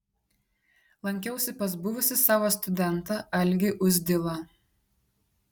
lankiausi pas buvusį savo studentą algį uzdilą